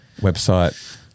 website